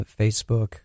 Facebook